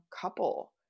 couple